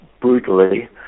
brutally